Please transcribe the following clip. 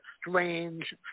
strange